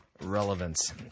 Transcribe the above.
relevance